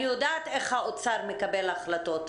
אני יודעת איך האוצר מקבל החלטות.